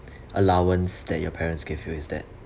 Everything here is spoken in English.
allowance that your parents give you is that